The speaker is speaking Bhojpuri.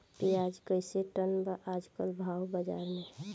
प्याज कइसे टन बा आज कल भाव बाज़ार मे?